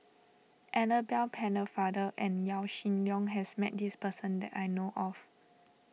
Annabel Pennefather and Yaw Shin Leong has met this person that I know of